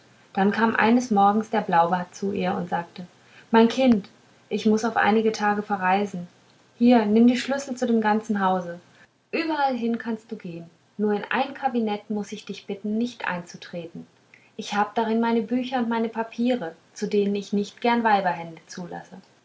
dann kam eines morgens der blaubart zu ihr und sagte mein kind ich muß auf einige tage verreisen hier nimm die schlüssel zu dem ganzen hause überallhin kannst du gehn nur in ein kabinett muß ich dich bitten nicht einzutreten ich hab darin meine bücher und papiere zu denen ich nicht gern weiberhände zulasse